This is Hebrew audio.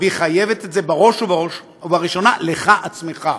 והיא חייבת את זה בראש ובראשונה לך עצמך.